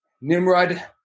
Nimrod